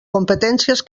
competències